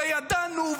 וידענו,